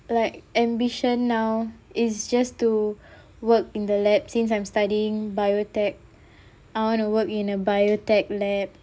like ambition now is just to work in the lab since I'm studying biotech I want to work in a biotech lab